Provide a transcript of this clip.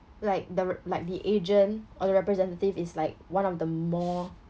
like the r~ like the agent or the representative is like one of the more